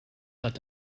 hat